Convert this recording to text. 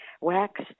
wax